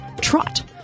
trot